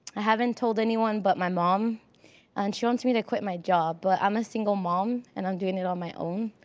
i haven't told anyone but my mom and she wants me to quit my job. but i'm a single mom and i'm doing it on my own.